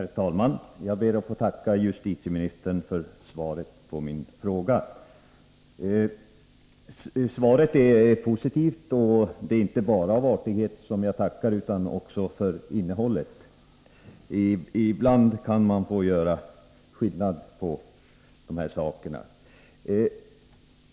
Herr talman! Jag ber att få tacka justitieministern för svaret på min fråga. Svaret är positivt. Det är därför inte bara av artighet som jag tackar, utan också för innehållet. Ibland kan man få göra skillnad på dessa två saker.